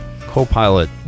Co-pilot